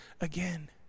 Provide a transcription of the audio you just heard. again